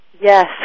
Yes